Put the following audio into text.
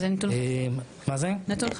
בנוסף,